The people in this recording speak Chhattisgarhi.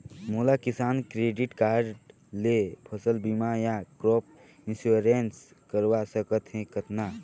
मोला किसान क्रेडिट कारड ले फसल बीमा या क्रॉप इंश्योरेंस करवा सकथ हे कतना?